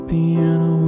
Piano